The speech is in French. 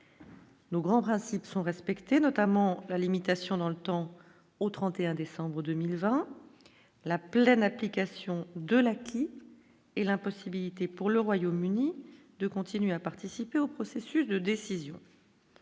Nos grands principes sont respectés, notamment la limitation dans le temps, au 31 décembre 2020 la pleine application de l'acquis et l'impossibilité pour le Royaume-Uni de continuer à participer au processus de décision.